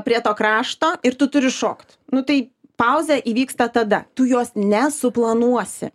prie to krašto ir tu turi šokt nu tai pauzė įvyksta tada tu jos nesuplanuosi